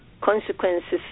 consequences